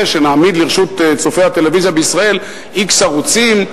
שנעמיד לרשות צופי הטלוויזיה בישראל x ערוצים,